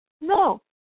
No